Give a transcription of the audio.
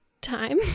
time